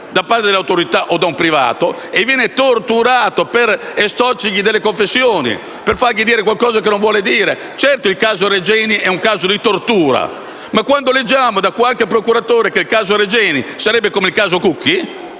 da parte delle autorità o da un privato e venga torturata per estorcerle confessioni e farle dire qualcosa che non vuole dire. Certo che il caso Regeni è un caso di tortura. Ma quando leggiamo che qualche procuratore dice che il caso Regeni sarebbe come il caso Cucchi,